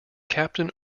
captain